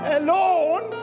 alone